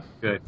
Good